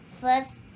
first